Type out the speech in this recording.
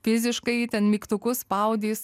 fiziškai ji ti ten mygtukus spaudys